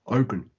open